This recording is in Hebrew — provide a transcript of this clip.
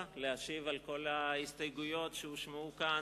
להשיב על כל ההסתייגויות שהושמעו כאן,